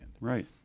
Right